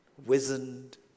wizened